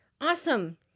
awesome